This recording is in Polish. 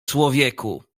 człowieku